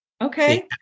Okay